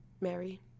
Mary